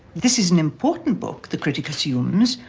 this is an important book, the critic assumes,